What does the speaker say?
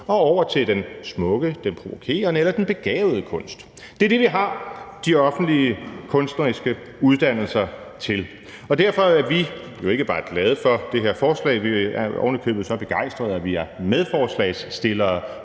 og over til den smukke, den provokerende eller den begavede kunst. Det er det, vi har de offentlige kunstneriske uddannelser til. Derfor er vi jo ikke bare glade for det her forslag, vi er ovenikøbet så begejstrede, at vi er medforslagsstillere